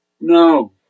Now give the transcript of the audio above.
No